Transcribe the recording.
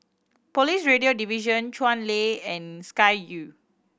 Police Radio Division Chuan Lane and Sky Vue